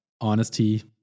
Honesty